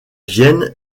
vienne